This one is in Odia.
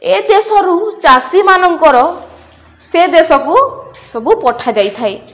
ଏ ଦେଶରୁ ଚାଷୀମାନଙ୍କର ସେ ଦେଶକୁ ସବୁ ପଠାଯାଇଥାଏ